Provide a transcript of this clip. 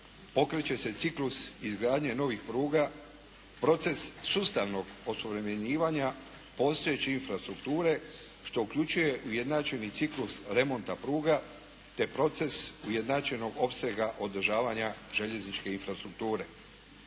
okreće se ciklus izgradnje novih pruga, proces sustavnog osuvremenjivanja, postojeće infrastrukture što uključuje ujednačeni ciklus remonta pruga, te proces ujednačenog opsega održavanja željezničke infrastrukture.